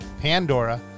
Pandora